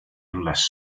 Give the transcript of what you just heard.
unless